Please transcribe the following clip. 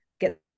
get